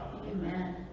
Amen